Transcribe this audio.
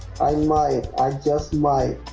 i might i just might